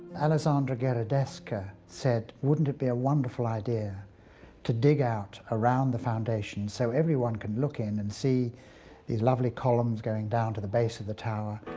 alessandro gheradesca said wouldn't it be a wonderful idea to dig out around the foundation so everyone can look in and see these lovely columns going down to the base of the tower?